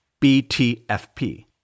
BTFP